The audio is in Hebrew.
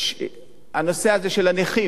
הנושא הזה של הנכים,